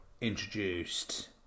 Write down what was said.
introduced